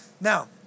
now